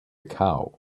cow